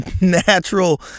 natural